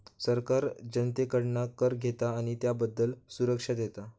सरकार जनतेकडना कर घेता आणि त्याबदल्यात सुरक्षा देता